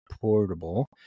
Portable